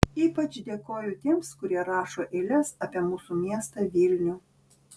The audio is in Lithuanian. ypač dėkoju tiems kurie rašo eiles apie mūsų miestą vilnių